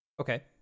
Okay